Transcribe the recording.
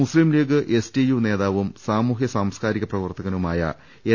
മൂസ്ലീം League STU നേതാവും സാമൂഹ്യ സാംസ്കാരിക പ്രവർത്തകനുമായ എൻ